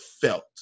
felt